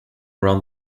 around